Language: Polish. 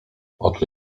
oczu